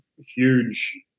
huge